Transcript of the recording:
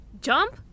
Jump